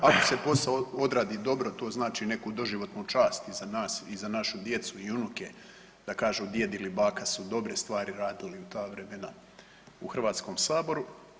Ako se posao odradi dobro, to znači neku doživotnu čast i za nas i za našu djecu i unuke da kažu djed ili baka su dobre stvari radili u ta vremena u Hrvatskom saboru.